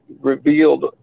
revealed